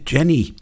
Jenny